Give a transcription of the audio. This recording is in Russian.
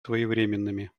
своевременными